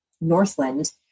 Northland